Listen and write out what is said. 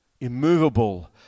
immovable